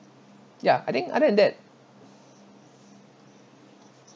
ya I think other than that